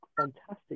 fantastic